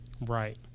Right